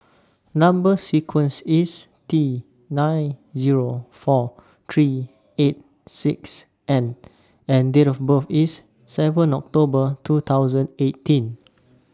Number sequence IS T nine Zero four seven three eight six N and Date of birth IS seven October two thousand eighteen